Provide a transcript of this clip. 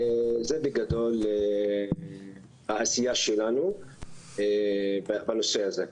זה בגדול העשייה שלנו בנושא הזה.